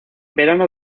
verano